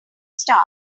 staff